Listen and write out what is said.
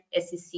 SEC